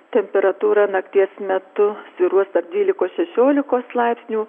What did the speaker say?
temperatūra nakties metu svyruos tarp dvylikos šešiolikos laipsnių